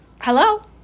hello